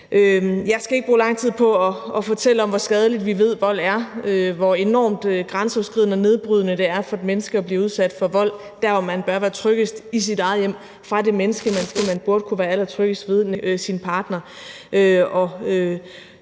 Jeg skal ikke bruge lang tid på at fortælle om, hvor skadeligt vi ved vold er, og hvor enormt grænseoverskridende og nedbrydende det er for et menneske at blive udsat for vold der, hvor man bør være tryggest, nemlig i sit eget hjem, fra det menneske, som man burde kunne være allertryggest ved, nemlig sin partner,